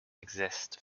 exist